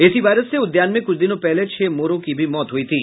इसी वायरस से उद्यान में कुछ दिनों पहले छह मोरों की भी मौत हुई थी